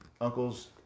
uncle's